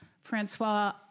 Francois